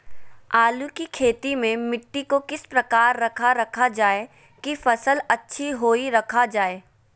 आलू की खेती में मिट्टी को किस प्रकार रखा रखा जाए की फसल अच्छी होई रखा जाए?